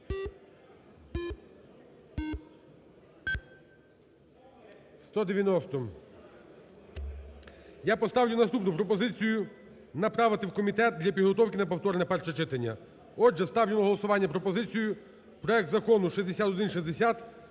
Я поставлю наступну пропозицію направити в комітет для підготовки на повторне перше читання. Отже, ставлю на голосування пропозицію проект Закону 6160